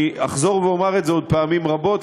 אני אחזור ואומר את זה עוד פעמים רבות,